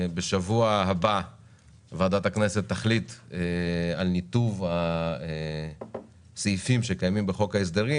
בשבוע הבא ועדת הכנסת תחליט על ניתוב הסעיפים שקיימים בחוק ההסדרים.